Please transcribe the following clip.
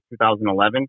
2011